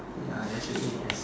ya actually yes